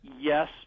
Yes